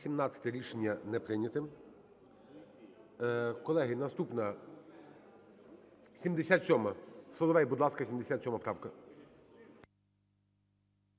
Рішення не прийнято. Колеги, наступна, 77-а. Соловей, будь ласка, 77 правка.